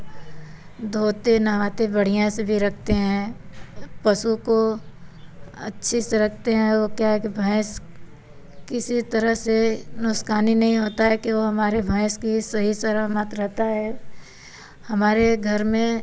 धोते नहलाते बढ़िया से भी रखते हैं पशु को अच्छे से रखते हैं वह क्या है कि भैंस किसी तरह से नुकसान नहीं होता है कि वह हमारे भैंस की सही सलामत रहता है हमारे घर में